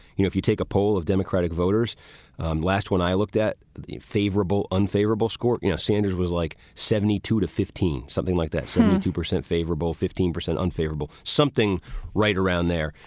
you know if you take a poll of democratic voters last when i looked at the favorable unfavorable score, you know, sanders was like seventy two to fifteen or something like that, some two percent favorable, fifteen percent unfavorable, something right around there.